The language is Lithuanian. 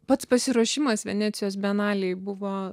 pats pasiruošimas venecijos bienalei buvo